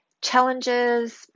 challenges